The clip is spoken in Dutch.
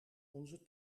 onze